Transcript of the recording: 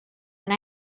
and